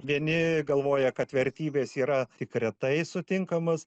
vieni galvoja kad vertybės yra tik retai sutinkamas